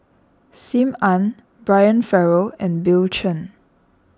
Sim Ann Brian Farrell and Bill Chen